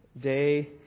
day